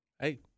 Hey